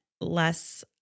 less